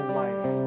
life